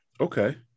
Okay